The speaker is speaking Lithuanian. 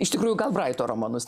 iš tikrųjų gal braito romanus